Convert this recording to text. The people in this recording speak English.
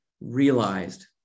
realized